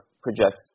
projects